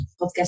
podcast